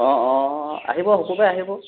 অঁ অঁ আহিব শুকুৰবাৰে আহিব